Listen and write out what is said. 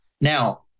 Now